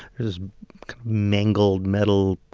there was mangled metal,